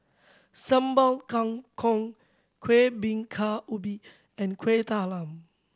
Sambal Kangkong Kueh Bingka Ubi and Kuih Talam